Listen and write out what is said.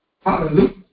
Hallelujah